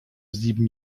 sieben